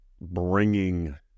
bringing